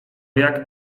jak